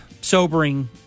sobering